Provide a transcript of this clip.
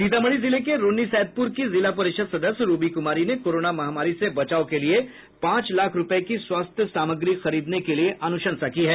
सीतामढ़ी जिले के रून्नीसैदपुर की जिला परिषद् सदस्य रूबी कुमारी ने कोरोना महामारी से बचाव के लिये पांच लाख रूपये की स्वास्थ्य सामग्री खरीदने के लिये अनुशंसा की है